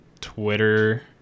Twitter